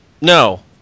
no